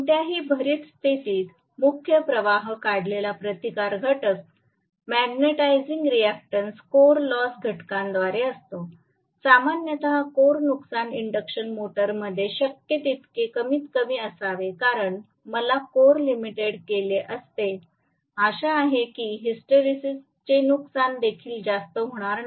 कोणत्याही भारित स्थितीत मुख्य प्रवाह काढलेला प्रतिकार घटक मॅग्नेटिझिंग रिएक्टन्स कोर लॉस घटकाद्वारे असतो सामान्यत कोर नुकसान इंडक्शन मोटर मध्ये शक्य तितके कमीत कमी असावे कारण मला कोर लॅमिनेटेड केले असते आशा आहे की हिस्टरेसिसचे नुकसान देखील जास्त होणार नाही